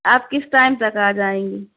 آپ کس ٹائم تک آ جائیں گی